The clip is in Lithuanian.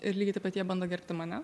ir lygiai taip pat jie bando gerbti mane